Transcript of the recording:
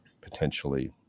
potentially